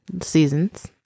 seasons